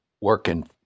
working